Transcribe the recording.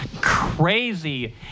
crazy